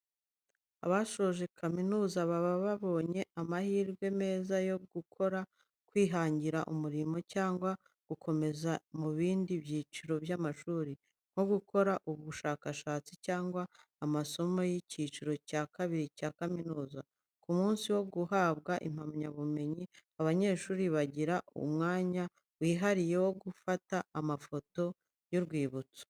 Abasoje kaminuza baba babonye amahirwe meza yo gukora, kwihangira umurimo cyangwa gukomeza mu bindi byiciro by'amashuri, nko gukora ubushakashatsi cyangwa amasomo y'icyiciro cya kabiri cya kaminuza. Ku munsi wo guhabwa impamyabumenyi abanyeshuri bagira umwanya wihariye wo gufata amafoto y'urwibutso.